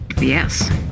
yes